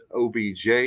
OBJ